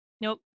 Nope